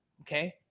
okay